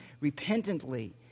repentantly